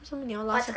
so 你要拉下